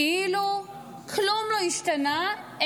כאילו כלום לא השתנה,